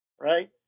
right